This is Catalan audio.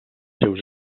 seus